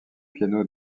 piano